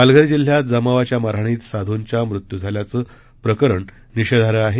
पालघर जिल्ह्यात जमावाच्या मारहाणीत साधूंच्या मृत्यू झाल्याचं प्रकरण निषेधाई आहे